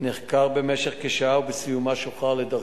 נחקר במשך כשעה ובסיומה שוחרר לדרכו.